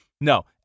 no